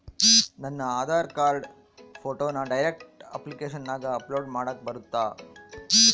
ನನ್ನ ಆಧಾರ್ ಕಾರ್ಡ್ ಫೋಟೋನ ಡೈರೆಕ್ಟ್ ಅಪ್ಲಿಕೇಶನಗ ಅಪ್ಲೋಡ್ ಮಾಡಾಕ ಬರುತ್ತಾ?